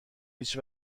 هیچ